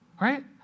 Right